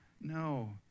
No